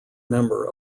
member